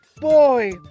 Boy